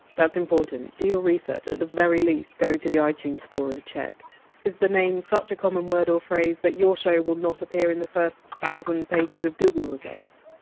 important do your research at the very least, go to the ah itunes store and check is the name such a common word or phrase that your show will not appear in the first thousand pages of google results?